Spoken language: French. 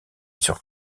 sur